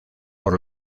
por